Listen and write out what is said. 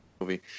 movie